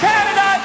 Canada